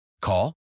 Call